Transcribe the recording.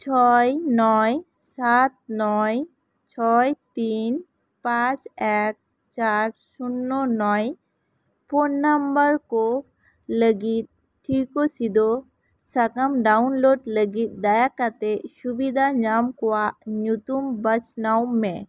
ᱪᱷᱚᱭ ᱱᱚᱭ ᱥᱟᱛ ᱱᱚᱭ ᱪᱷᱚᱭ ᱛᱤᱱ ᱯᱟᱸᱪ ᱮᱠ ᱪᱟᱨ ᱥᱩᱱᱱᱚ ᱱᱚᱭ ᱯᱳᱱ ᱱᱟᱢᱵᱟᱨ ᱠᱚ ᱞᱟ ᱜᱤᱫ ᱴᱷᱤᱠᱚ ᱥᱤᱫᱟ ᱥᱟᱠᱟᱢ ᱰᱟᱭᱩᱱᱞᱳᱰ ᱞᱟ ᱜᱤᱫ ᱫᱟᱭᱟ ᱠᱟᱛᱮᱜ ᱥᱩᱵᱤᱫᱟ ᱧᱟᱢ ᱠᱚᱣᱟᱜ ᱧᱩᱛᱩᱢ ᱵᱟᱪᱷᱱᱟᱣ ᱢᱮ